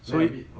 so if